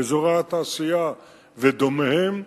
באזורי התעשייה ודומיהם,